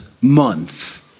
month